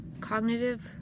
cognitive